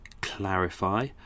clarify